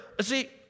see